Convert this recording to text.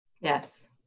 Yes